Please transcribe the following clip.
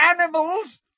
animals